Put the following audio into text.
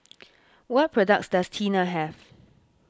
what products does Tena have